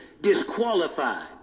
disqualified